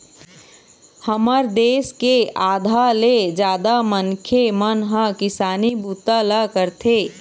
हमर देश के आधा ले जादा मनखे मन ह किसानी बूता ल करथे